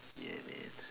ya man